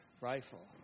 Rifle